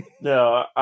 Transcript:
No